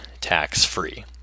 tax-free